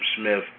Smith